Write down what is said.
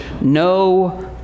no